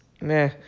Nah